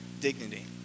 dignity